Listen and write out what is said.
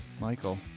Michael